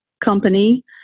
company